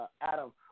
Adam